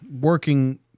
working